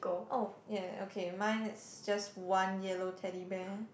oh ya ya ya okay mine is just one yellow Teddy Bear